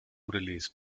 release